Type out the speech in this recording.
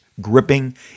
gripping